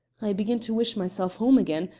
i begin to wish myself home again,